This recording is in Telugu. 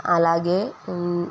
అలాగే